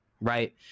Right